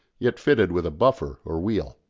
yet fitted with a buffer or wheel.